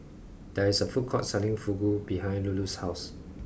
there is a food court selling Fugu behind Lulu's house